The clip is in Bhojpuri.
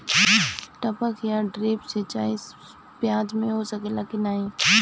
टपक या ड्रिप सिंचाई प्याज में हो सकेला की नाही?